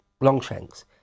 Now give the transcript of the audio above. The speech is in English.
Longshanks